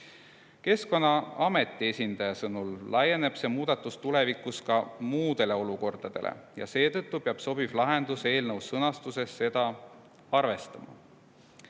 Keskkonnaameti esindaja sõnul laieneb see muudatus tulevikus ka muudele olukordadele ja seetõttu peab sobiv lahendus eelnõu sõnastuses seda arvestama.